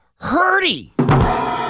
hurty